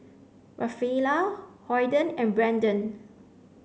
Rafaela Holden and Brendan